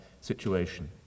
situation